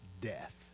death